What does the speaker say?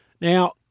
Now